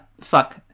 Fuck